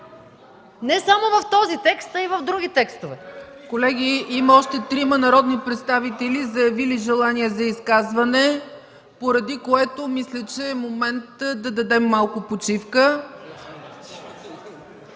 Не само в този текст и в други текстове.